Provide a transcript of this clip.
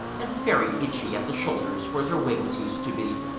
and very itchy at the shoulders, where their wings used to be.